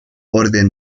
orden